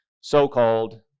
so-called